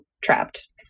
trapped